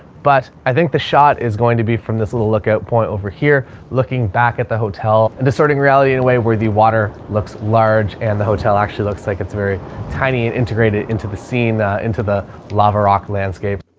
but i think the shot is going to be from this little lookout point over here looking back at the hotel and distorting reality in a way where the water looks large and the hotel actually looks like it's very tiny and integrated into the scene, into the lava rock landscape.